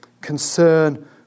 concern